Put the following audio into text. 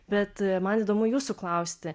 bet man įdomu jūsų klausti